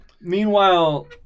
Meanwhile